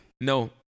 No